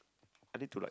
I need to like